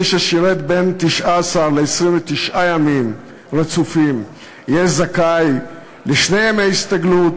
מי ששירת בין 19 ל-29 ימים רצופים יהיה זכאי לשני ימי הסתגלות,